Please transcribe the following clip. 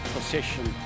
Possession